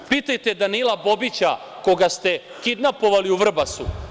Pitajte Danila Bobića, koga ste kidnapovali u Vrbasu…